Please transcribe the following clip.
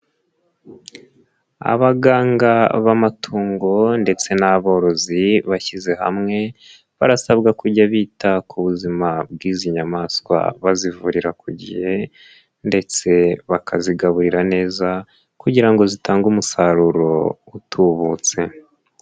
Abaganga b'amatungo ndetse n'aborozi bashyize hamwe barasabwa kujya bita ku buzima bw'izi nyamaswa bazivurira ku gihe ndetse bakazigaburira neza kugira ngo zitange umusaruro utubutse.